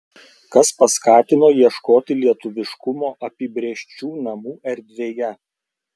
kas paskatino ieškoti lietuviškumo apibrėžčių namų erdvėje